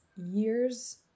years